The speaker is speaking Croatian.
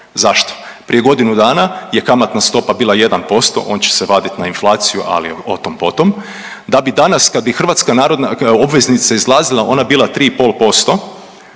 Zašto? Prije godinu dana je kamatna stopa bila 1%, on će se vadi na inflaciju, ali o tom, po tom. Da bi danas kad bi hrvatska obveznica izlazila ona bila 3